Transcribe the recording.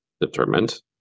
determined